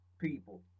people